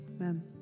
Amen